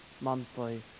monthly